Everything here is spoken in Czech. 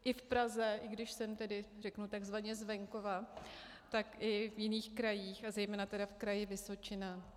I v Praze, i když jsem tedy, řeknu, takzvaně z venkova, tak i v jiných krajích a zejména tedy v Kraji Vysočina.